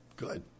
Good